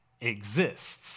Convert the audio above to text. exists